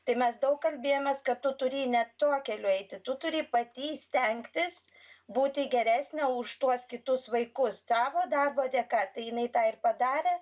tai mes daug kalbėjomės kad tu turi ne tuo keliu eiti tu turi pati stengtis būti geresne už tuos kitus vaikus savo darbo dėka tai jinai tą ir padarė